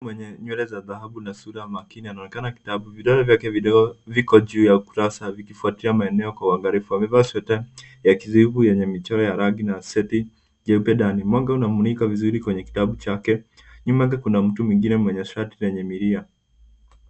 Mtoto mwenye nywele za dhahabu na sura makini anaonekana na kitabu. Vidole vyake vidogo viko juu ya ukurasa vikifuatilia maeneo kwa uangalifu. Amevaa sweta ya kijivu yenye michoro ya rangi na seti jeupe ndani. Mwanga unamulika vizuri kwenye kitabu chake. Nyuma yake kuna mtu mwengine mwenye shati lenye milia.